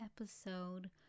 episode